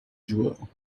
joueurs